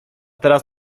teraz